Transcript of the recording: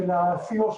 של ה-Co2,